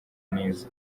neza